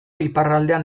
iparraldean